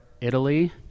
Italy